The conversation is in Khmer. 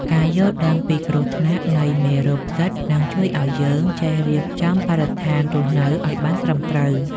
ការយល់ដឹងពីគ្រោះថ្នាក់នៃមេរោគផ្សិតនឹងជួយឱ្យយើងចេះរៀបចំបរិស្ថានរស់នៅឱ្យបានត្រឹមត្រូវ។